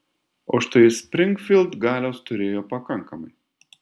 o štai springfild galios turėjo pakankamai